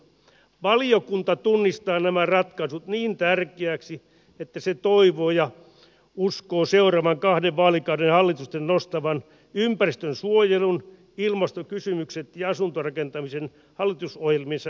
valiokunta tunnistaa nämä ratkaisut niin tärkeäksi että se toivoo ja uskoo seuraavan kahden vaalikauden hallitusten nostavan ympäristönsuojelun ilmastokysymykset ja asuntorakentamisen hallitusohjelmiensa ykkösasiaksi